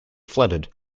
flooded